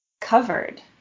covered